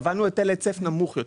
קבענו היטל היצף נמוך יותר.